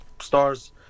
stars